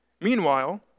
Meanwhile